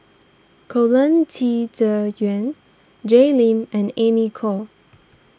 Colin Qi Zhe Yuen Jay Lim and Amy Khor